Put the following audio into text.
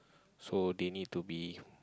so they need to be